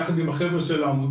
יחד עם החבר'ה של העמותה,